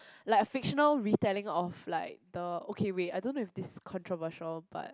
like a fictional retelling of like the okay wait I don't know if this is controversial but